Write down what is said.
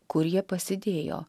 kur jie pasidėjo